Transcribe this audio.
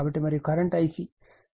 కాబట్టి మరియు current Ic